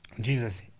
Jesus